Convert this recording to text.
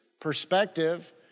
perspective